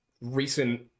recent